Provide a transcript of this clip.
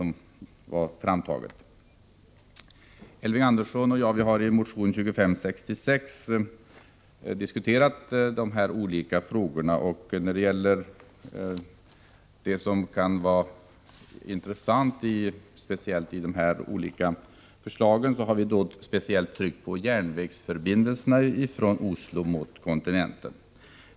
Nr 153 Elving Andersson och jag har i motion 2566 tagit upp de här olika frågorna 8 git upp g Onsdagen den till diskussion, och vi har speciellt tryckt på järnvägsförbindelsen från Oslo 29 maj 1985 mot kontinenten.